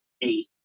eight